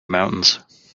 mountains